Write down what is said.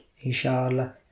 Inshallah